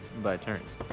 by turns.